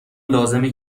لازمه